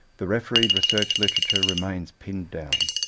the refereed research literature remains pinned down.